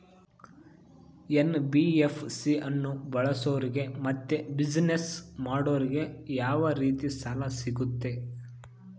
NBFC ಅನ್ನು ಬಳಸೋರಿಗೆ ಮತ್ತೆ ಬಿಸಿನೆಸ್ ಮಾಡೋರಿಗೆ ಯಾವ ರೇತಿ ಸಾಲ ಸಿಗುತ್ತೆ?